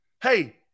hey